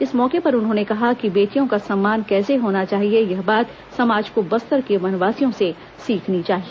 इस मौके पर उन्होंने कहा कि बेटियों का सम्मान कैसे होना चाहिए यह बात समाज को बस्तर के वनवासियों से सीखनी चाहिए